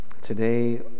today